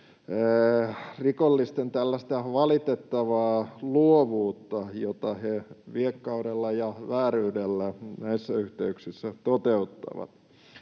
rikollisten valitettavaa luovuutta, jota he viekkaudella ja vääryydellä näissä yhteyksissä toteuttavat.